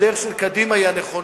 הדרך של קדימה היא הנכונה,